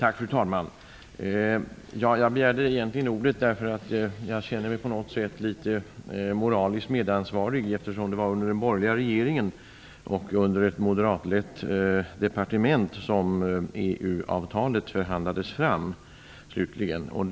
Fru talman! Jag begärde egentligen ordet därför att jag på något sätt känner mig litet moraliskt medansvarig, eftersom det var under den borgerliga regeringen och ett moderatlett departement som EU avtalet slutligen förhandlades fram.